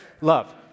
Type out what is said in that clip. Love